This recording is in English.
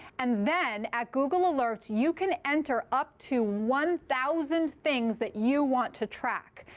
and then at google alerts, you can enter up to one thousand things that you want to track.